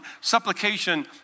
Supplication